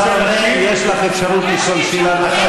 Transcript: יש לך אפשרות לשאול שאלה נוספת.